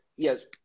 Yes